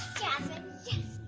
jasmine. yes!